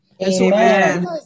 Amen